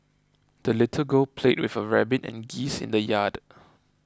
the little girl played with her rabbit and geese in the yard